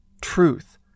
truth